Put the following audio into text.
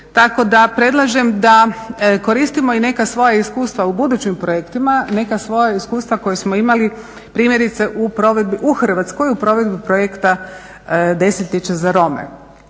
Tako da predlažem da koristimo i neka svoja iskustva u budućim projektima, neka svoja iskustva koja smo imali primjerice u Hrvatskoj u provedbi projekta "Desetljeće za Rome".